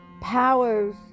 powers